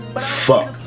Fuck